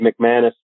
McManus